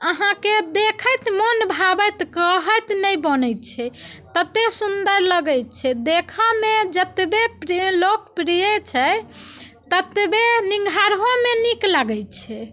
अहाँकेँ देखैत मन भावैत कहैत नहि बनैत छै ततेक सुन्दर लगैत छै देखऽ मे जतबे लोकप्रिय छै ततबे निहारहोमे नीक लागैत छै